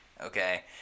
Okay